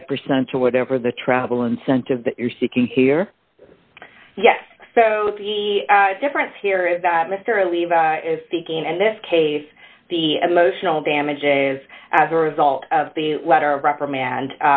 five percent or whatever the travel incentive that you're seeking here yes so the difference here is that mr levi is seeking and this case the emotional damages as a result of the letter of reprimand